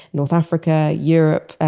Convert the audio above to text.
north africa, europe.